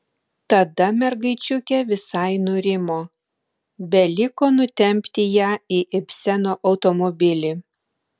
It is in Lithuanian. tada mergaičiukė visai nurimo beliko nutempti ją į ibseno automobilį